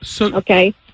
Okay